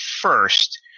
first